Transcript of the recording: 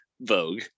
Vogue